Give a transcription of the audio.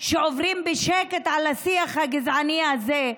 שעוברים בשקט על השיח הגזעני הזה,